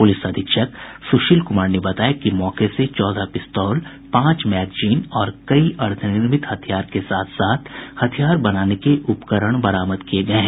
police अधीक्षक सुशील कुमार ने बताया कि मौके से चौदह पिस्तौल पांच मैंगजीन और कई अर्द्वनिर्मित हथियार के साथ साथ हथियार बनाने के उपकरण बरामद किये गये हैं